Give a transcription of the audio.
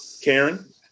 Karen